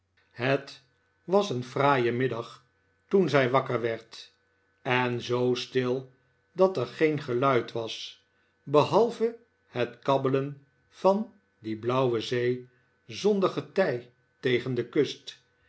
het was een fraaie middag toen zij wakker werd en zoo stil dat er geen geluid was behalve het kabbelen van die blauwe zee zonder getij tegen de kust